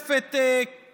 חושף את קלונכם,